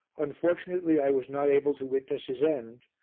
unfortunately i was not able to witness his end,